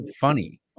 funny